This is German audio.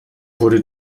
wurde